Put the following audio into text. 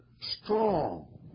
strong